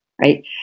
right